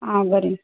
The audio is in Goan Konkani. आ बरें